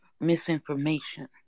misinformation